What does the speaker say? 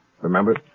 Remember